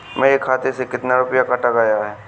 मेरे खाते से कितना रुपया काटा गया है?